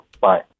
Bye